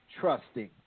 trusting